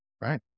Right